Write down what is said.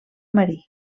marí